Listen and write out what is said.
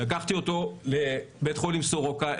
לקחתי אותו לבית החולים סורוקה,